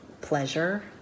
pleasure